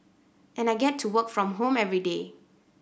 and I get to work from home everyday